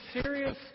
serious